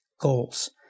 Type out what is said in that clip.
goals